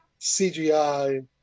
cgi